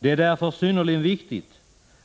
Det är därför synnerligen viktigt